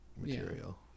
material